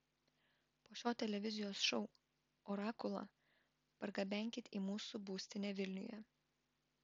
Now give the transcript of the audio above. po šio televizijos šou orakulą pargabenkit į mūsų būstinę vilniuje